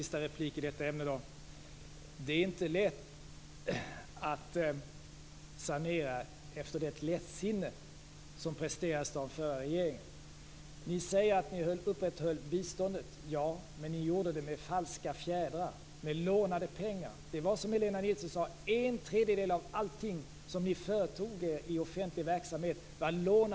Fru talman! Det var inte lätt att sanera efter det lättsinne som presterades av den förra regeringen. Ni säger att ni upprätthöll nivån på biståndet. Ja, men ni gjorde det med falska fjädrar, med lånade pengar. Som Helena Nilsson sade lånade man pengar utomlands till en tredjedel av allting som ni företog er inom offentlig verksamhet.